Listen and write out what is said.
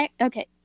okay